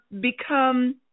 become